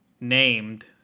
named